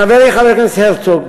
חברי חבר הכנסת הרצוג,